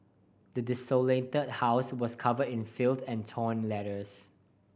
the desolated house was covered in filth and torn letters